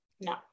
No